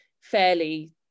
fairly